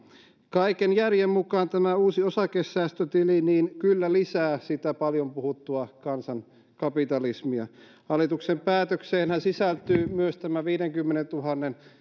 kaiken järjen mukaan tämä uusi osakesäästötili kyllä lisää sitä paljon puhuttua kansankapitalismia hallituksen päätökseenhän sisältyy myös tämä viidenkymmenentuhannen